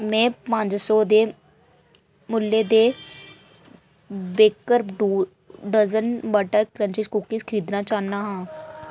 में पंज सौ दे मुल्लै दे बेकर डज़न बटर क्रंच कुकियां खरीदना चाह्न्नां